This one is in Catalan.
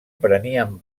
prenien